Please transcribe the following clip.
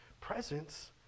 presence